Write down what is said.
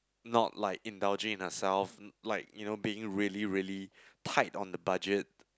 not like indulging in herself like you know being really really tight on the budget